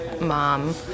mom